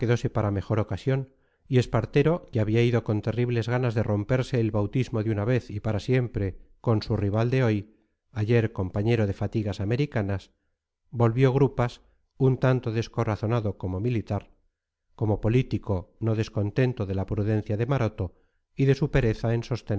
para mejor ocasión y espartero que había ido con terribles ganas de romperse el bautismo de una vez y para siempre con su rival de hoy ayer compañero de fatigas americanas volvió grupas un tanto descorazonado como militar como político no descontento de la prudencia de maroto y de su pereza en